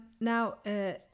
Now